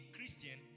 Christian